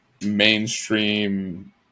Mainstream